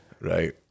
Right